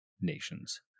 nations